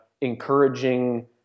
encouraging